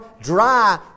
dry